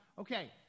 Okay